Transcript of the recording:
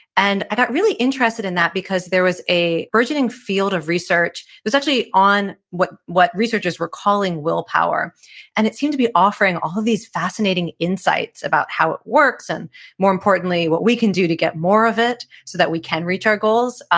and i got really interested in that because there was a burgeoning field of research, it was actually on what what researchers were calling willpower and it seemed to be offering all of these fascinating insights about how it works, and more importantly what we can do to get more of it so that we can reach our goals.